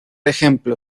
ejemplo